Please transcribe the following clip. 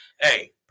Hey